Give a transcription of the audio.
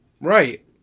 Right